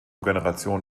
generation